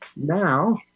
Now